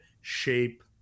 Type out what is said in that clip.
shape